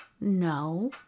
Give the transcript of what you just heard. No